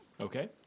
Okay